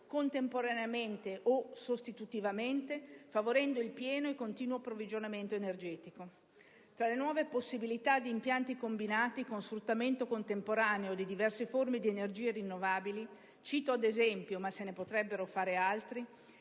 contemporaneamente o sostitutivamente, favorendo il pieno e continuo approvvigionamento energetico. Tra le nuove possibilità di impianti combinati con sfruttamento contemporaneo di diverse forme di energie rinnovabili, cito l'esempio (se ne potrebbero fare altri)